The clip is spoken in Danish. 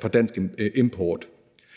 fra dansk import.